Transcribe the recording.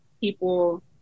people